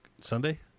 Sunday